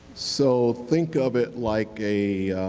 so, think of it like a